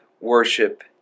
worship